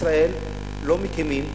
ובישראל לא מקימים.